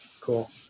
Cool